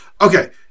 okay